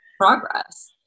progress